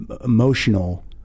emotional